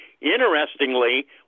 Interestingly